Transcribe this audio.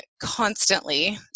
Constantly